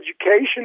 education